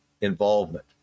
involvement